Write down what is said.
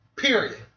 Period